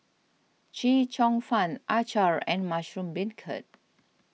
Chee Cheong Fun Acar and Mushroom Beancurd